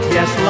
Yes